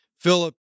Philip